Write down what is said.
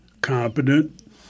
competent